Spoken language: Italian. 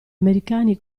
americani